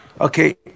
Okay